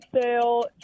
sale